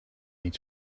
need